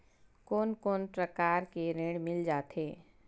कोन कोन प्रकार के ऋण मिल जाथे?